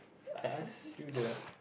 I ask you the